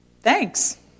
Thanks